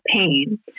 pain